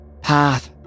path